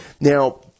Now